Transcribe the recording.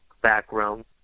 background